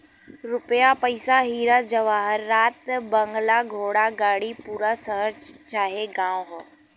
रुपिया पइसा हीरा जवाहरात बंगला घोड़ा गाड़ी पूरा शहर चाहे गांव हौ